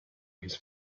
his